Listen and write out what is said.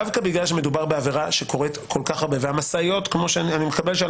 דווקא בגלל שמדובר בעבירה שקורית כל-כך הרבה ואני מקווה שעל